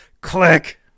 Click